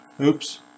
Oops